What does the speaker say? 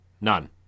None